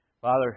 father